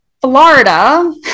florida